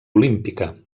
olímpica